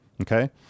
okay